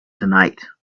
tonight